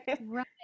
Right